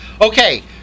Okay